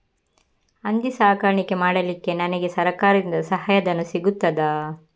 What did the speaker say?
ಹಂದಿ ಸಾಕಾಣಿಕೆ ಮಾಡಲಿಕ್ಕೆ ನನಗೆ ಸರಕಾರದಿಂದ ಸಹಾಯಧನ ಸಿಗುತ್ತದಾ?